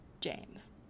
James